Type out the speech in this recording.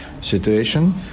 situation